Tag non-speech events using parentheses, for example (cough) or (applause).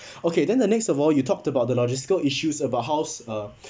(breath) okay then the next of all you talked about the logistical issues about how uh